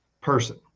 person